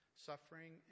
suffering